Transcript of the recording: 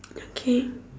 okay